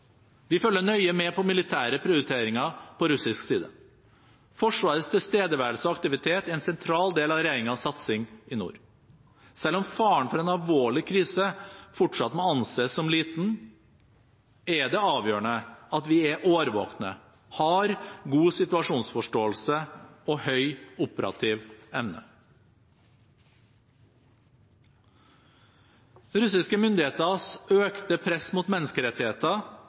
Vi følger nøye med på militære prioriteringer på russisk side. Forsvarets tilstedeværelse og aktivitet er en sentral del av regjeringens satsing i nord. Selv om faren for en alvorlig krise fortsatt må anses som liten, er det avgjørende at vi er årvåkne, har god situasjonsforståelse og høy operativ evne. Russiske myndigheters økte press mot menneskerettigheter